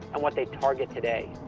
and what they target today.